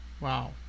Wow